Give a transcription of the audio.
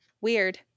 weird